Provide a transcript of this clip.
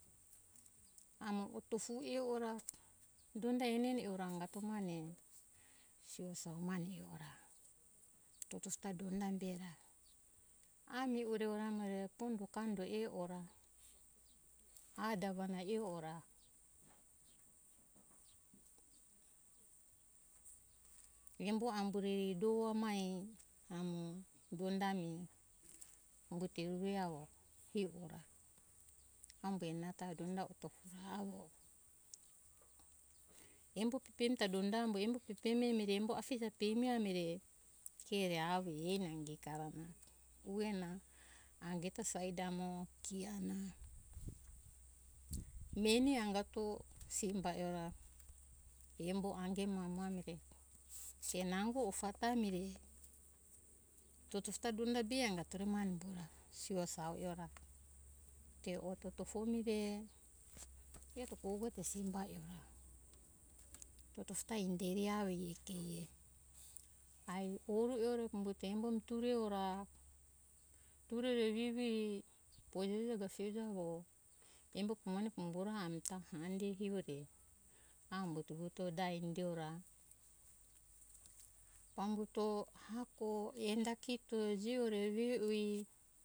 Amo otofu e ora donda eni eni angato mane sio sa mane atora tofo ta donda be ra ami ure amo re pondo kando ora ae davana e ora embo ambureri do amai amo donda ami umbuto hio ari hio ora ambo enana ta donda otofuja avo embo pepeni ta donda amo embo pepeni pemi amo re afija pemi amo re ke re avo eni anga kara na ue na ange ta saide amo kia na meni angato simba e ora embo ange nau mane re pe nango ofata ami re to tofo ta donda be angato mane e bora sio sa e ora te o totofo mi re eto kogue to simba e ora to tofo ta inderi avo i keri ai ore ue umbuto embo mi tore ora ture re evi pojejo avo embo pamone pambo ra hande hio ore amo umbuto hito dai indi ora pambuto hako enda kito jigore re vio e